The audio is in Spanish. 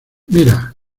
mira